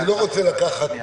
אני לא רוצה לקחת